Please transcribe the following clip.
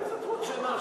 איזה טרוט שינה?